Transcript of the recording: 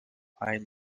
highly